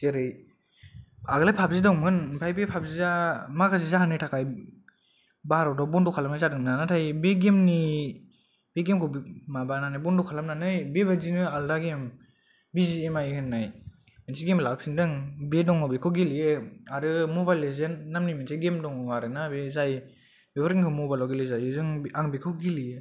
आगोलहाय फाबजि दंमोन आमफाय बे फाबजिआ माखासे जाहोननि थाखाय भारताव बन्द' खालामनाय जादोंमोन नाथाय बे गेमनि बे गेमखौ माबानानै बन्द खालामनानै बे बादिनो आलदा गेम बिजिएम आय होननाय मोनसे गेम लाबोफिनदों बे दंङ बिखौ गेलेयो आरो मबाइल लिजेन्द नामनि मोनसे गेम दं आरो ना जाय बेफोरखौ जों मबाइलाव गेलेजायो आं बिखौ गेलेयो